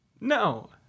No